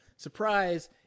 surprise